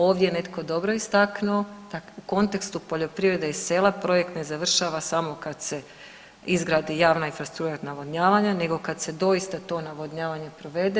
Ovdje je netko dobro istaknuo da u kontekstu poljoprivrede i sela projekt ne završava samo kada se izgradi javna infrastruktura navodnjavanja, nego kada se doista to navodnjavanje provede.